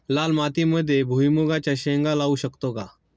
लाल मातीमध्ये भुईमुगाच्या शेंगा लावू शकतो का?